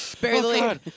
barely